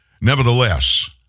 Nevertheless